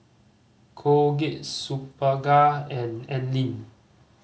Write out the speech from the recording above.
Colgate Superga and Anlene